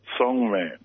songman